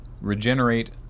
regenerate